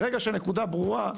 ברגע שנקודה ברורה,